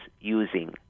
using